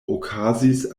okazis